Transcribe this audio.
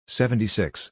seventy-six